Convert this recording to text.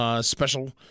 special